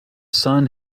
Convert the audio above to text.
sun